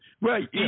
Right